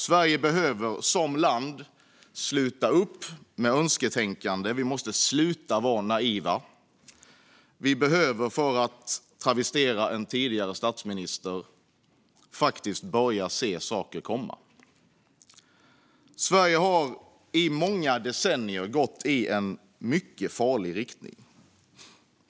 Sverige behöver som land sluta upp med önsketänkande. Vi måste sluta att vara naiva. Vi behöver, för att travestera en tidigare statsminister, faktiskt börja se saker komma. Sverige har i många decennier gått i en mycket farlig riktning.